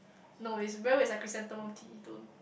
no it's very chrysanthemum tea don't